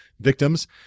victims